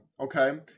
okay